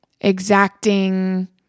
exacting